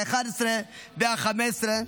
האחת-עשרה והחמש-עשרה,